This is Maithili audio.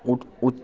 उट उच